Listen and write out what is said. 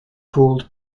called